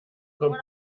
kommt